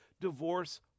divorce